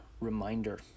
reminder